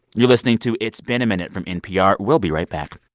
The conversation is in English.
you're listening to it's been a minute from npr, we'll be right back